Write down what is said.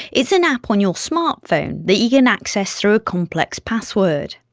it's an app on your smart phone that you can access through a complex password.